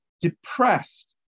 depressed